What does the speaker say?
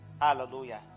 hallelujah